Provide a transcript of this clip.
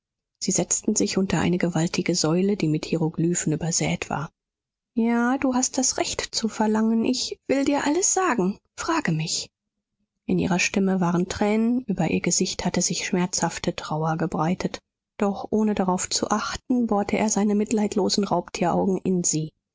sie setzten sich unter eine gewaltige säule die mit hieroglyphen übersät war ja du hast das recht zu verlangen ich will dir alles sagen frage mich in ihrer stimme waren tränen über ihr gesicht hatte sich schmerzhafte trauer gebreitet doch ohne darauf zu achten bohrte er seine mitleidlosen raubtieraugen in sie